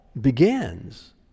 begins